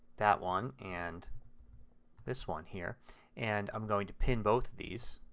that one and this one here and i'm going to pin both of these.